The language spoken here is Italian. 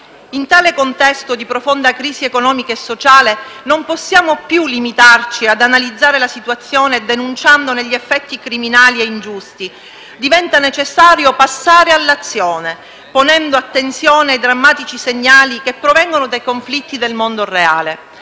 In tale contesto di profonda crisi economica e sociale non possiamo più limitarci ad analizzare la situazione denunciandone gli effetti criminali e ingiusti. Diventa necessario passare all'azione, ponendo attenzione ai drammatici segnali che provengono dai conflitti del mondo reale.